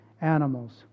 animals